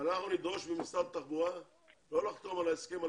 אנחנו נדרוש ממשרד התחבורה לא לחתום על הסכם עם